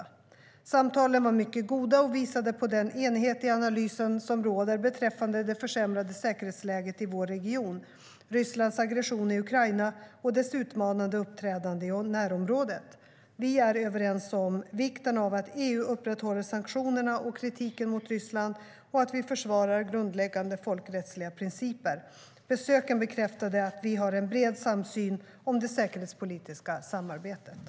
Samtalen var mycket goda och visade på den enighet i analysen som råder beträffande det försämrade säkerhetsläget i vår region, Rysslands aggression i Ukraina och dess utmanande uppträdande i närområdet. Vi är överens om vikten av att EU upprätthåller sanktionerna och kritiken mot Ryssland och att vi försvarar grundläggande folkrättsliga principer.